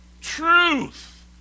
Truth